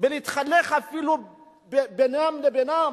ולהתהלך אפילו בינם לבינם.